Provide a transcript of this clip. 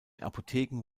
apotheken